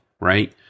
right